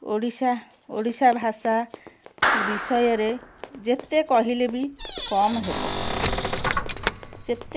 ଓଡ଼ିଶା ଓଡ଼ିଶା ଭାଷା ବିଷୟରେ ଯେତେ କହିଲେ ବି କମ୍ ହେବ ଯେତେ